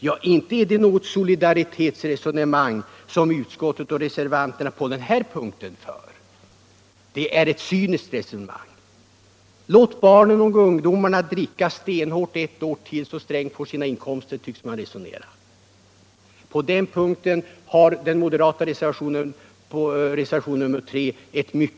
Ja, inte är det något solidaritetsresonemang som utskottet och reservanterna på den här punkten för. Det är ett cyniskt resonemang. ”Låt barnen och ungdomarna dricka stenhårt ett år till, så att Sträng får sina inkomster” — så tycks man resonera. På den punkten har den moderata reservationen 3 ett mycket bättre resonemang.